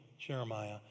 Jeremiah